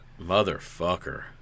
Motherfucker